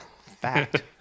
fact